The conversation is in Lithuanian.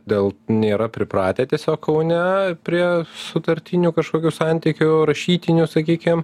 dėl nėra pripratę tiesiog kaune prie sutartinių kažkokių santykių rašytinių sakykim